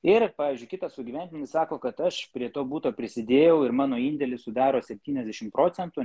ir pavyzdžiui kitas sugyventinis sako kad aš prie to buto prisidėjau ir mano indėlis sudaro septyniasdešim procentų